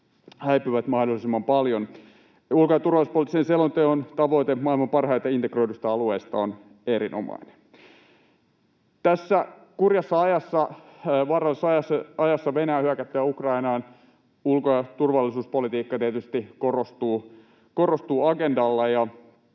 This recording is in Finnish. häipyvät mahdollisimman paljon. Ulko- ja turvallisuuspoliittisen selonteon tavoite maailman parhaiten integroidusta alueesta on erinomainen. Tässä kurjassa ajassa, vaarallisessa ajassa Venäjän hyökättyä Ukrainaan ulko- ja turvallisuuspolitiikka tietysti korostuu agendalla.